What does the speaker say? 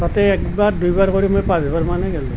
তাতে এবাৰ দুবাৰ কৰি মই পাঁচবাৰমানেই গ'লোঁ